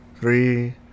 three